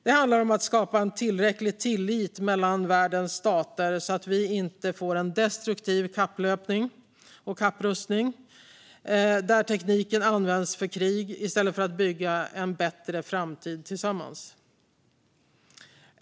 Det handlar om att skapa tillräcklig tillit mellan världens stater så att vi inte får en destruktiv kapplöpning, en kapprustning, där tekniken används för krig i stället för till att bygga en bättre framtid tillsammans.